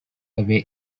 away